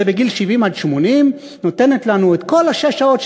זה בגיל 70 עד 80. נותנת לנו את כל השש שעות,